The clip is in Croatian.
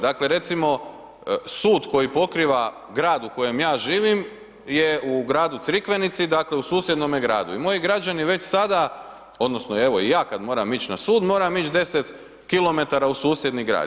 Dakle, recimo sud koji pokriva grad u kojem ja živim, je u gradu Crikvenici, dakle, u susjednome gradu i moji građani već sada odnosno, i ja kada moram ići na sud, moram ići 10 km u susjedni grad.